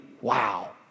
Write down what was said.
Wow